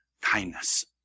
kindness